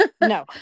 no